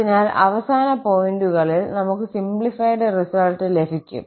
അതിനാൽ അവസാന പോയിന്റുകളിൽ നമുക്ക് സിംപ്ലിഫൈഡ് റിസൾട്ട് ലഭിക്കും